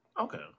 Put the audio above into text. Okay